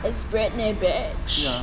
it's britney bitch